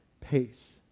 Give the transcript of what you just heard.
pace